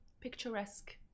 picturesque